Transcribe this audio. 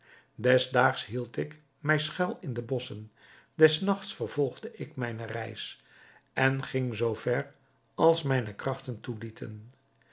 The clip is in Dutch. des daags hield ik mij schuil in de bosschen des nachts vervolgde ik mijne reis en ging zoo ver als mijne krachten